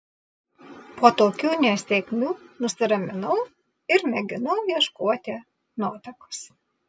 po tokių nesėkmių nusiraminau ir mėginau ieškoti nuotakos